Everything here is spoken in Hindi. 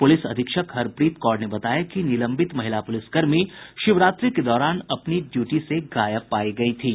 पुलिस अधीक्षक हरप्रीत कौर ने बताया कि निलंबित महिला पुलिसकर्मी शिवरात्रि के दौरान अपनी ड्यूटी से गायब पायी गयी थीं